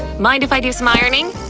mind if i do some ironing?